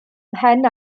mhen